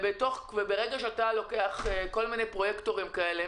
ברגע שאתה לוקח כל מיני פרויקטורים כאלה